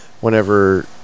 whenever